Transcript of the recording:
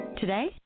Today